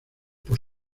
por